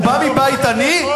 הוא בא מבית עני,